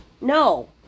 No